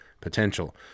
potential